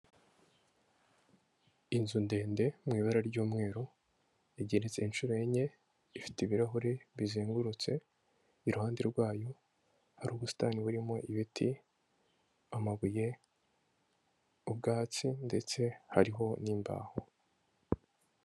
Inzu ndende mu ibara ry'umweru, igeretse inshuro enye, ifite ibirahure bizengurutse, iruhande rwayo, hari ubusitani burimo ibiti, amabuye, ubwatsi ndetse hariho n'imbaho.